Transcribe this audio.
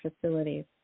facilities